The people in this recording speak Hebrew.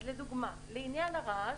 לדוגמה, לעניין הרעש,